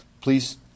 please